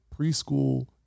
preschool